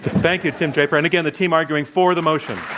thank you, tim draper. and again, the team arguing for the motion.